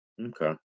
Okay